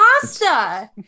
pasta